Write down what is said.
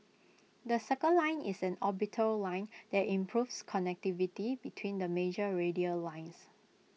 the circle line is an orbital line that improves connectivity between the major radial lines